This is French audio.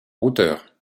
hauteur